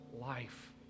life